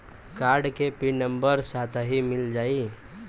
Card के pin number number साथही मिला?